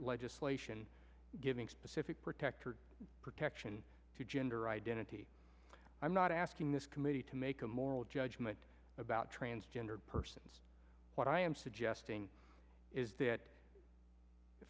legislation giving specific protector protection to gender identity i'm not asking this committee to make a moral judgment about transgendered persons what i am suggesting is that the